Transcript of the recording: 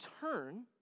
turn